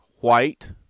white